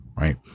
Right